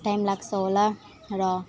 time लाग्छ होला र